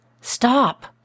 Stop